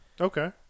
Okay